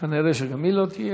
כנראה גם היא לא תהיה.